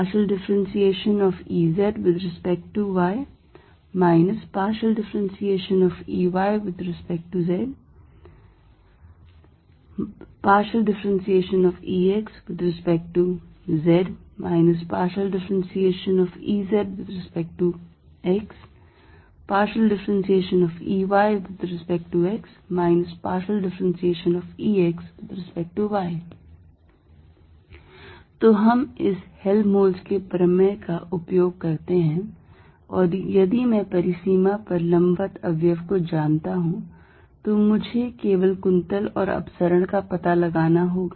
Curl Ezδy Eyδz Exδz Ezδx Eyδx Exδy तो हम इस हेल्महोल्ट्ज़ के प्रमेय का उपयोग करते हैं और यदि मैं परिसीमा पर लंबवत अवयव को जानता हूं तो मुझे केवल कुंतल और अपसरण का पता लगाना होगा